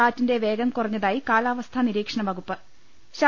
കാറ്റിന്റെ വേഗം കുറഞ്ഞതായി കാലാവസ്ഥാ നീരീക്ഷണവകുപ്പ് ്റ്